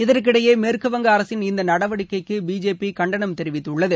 இதற்கிடையே மேற்குவங்க அரசின் இந்த நடவடிக்கைக்கு பிஜேபி கண்டனம் தெரிவித்துள்ளது